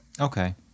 okay